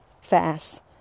fast